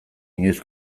inoiz